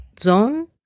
zone